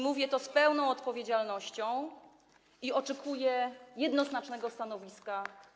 Mówię to z pełną odpowiedzialnością i oczekuję jednoznacznego stanowiska.